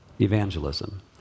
evangelism